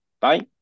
Bye